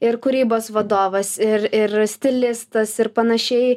ir kūrybos vadovas ir ir stilistas ir panašiai